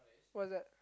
what's that